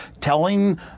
telling